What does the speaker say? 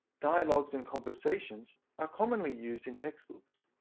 dialogues and conversations are commonly used in textbooks.